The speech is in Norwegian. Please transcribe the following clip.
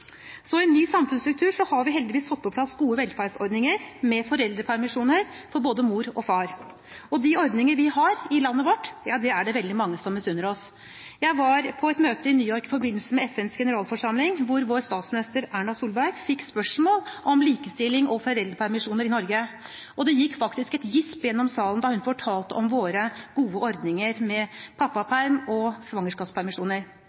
så vanlig at mor var utearbeidende. Husmorrollen innebar mye praktisk arbeid og omsorgsarbeid både for den eldre og den yngre generasjon. I dag er kvinner og menn mye mer likestilt, både mor og far er stort sett yrkesaktive, og det er også bestemødrene. I en ny samfunnsstruktur har vi heldigvis fått på plass gode velferdsordninger med foreldrepermisjoner for både mor og far, og de ordningene vi har i landet vårt, er det veldig mange som misunner oss. Jeg var på et møte i New York i forbindelse med FNs generalforsamling hvor